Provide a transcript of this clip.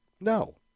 no